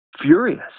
furious